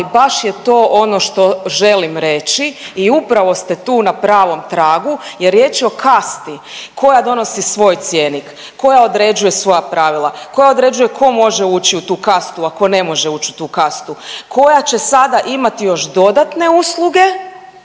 baš je to ono što želim reći i upravo ste tu na pravom tragu jer riječ je o kasti koja donosi svoj cjenik, koja određuje svoja pravila, koja određuje tko može ući u tu kastu, a tko ne može ući u tu kastu, koja će sada imati još dodatne usluge,